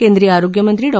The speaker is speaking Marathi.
केंद्रीय आरोग्य मंत्री डॉ